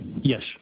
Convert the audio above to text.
Yes